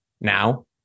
now